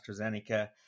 AstraZeneca